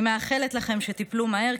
אני מאחלת לכם שתיפלו מהר,